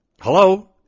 Hello